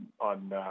on